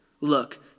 Look